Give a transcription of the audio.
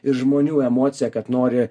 ir žmonių emocija kad nori